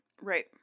Right